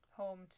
home